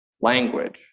language